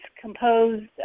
composed